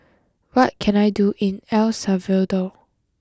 what can I do in El Salvador